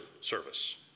service